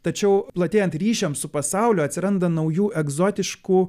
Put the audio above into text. tačiau platėjant ryšiams su pasauliu atsiranda naujų egzotiškų